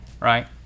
right